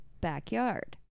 backyard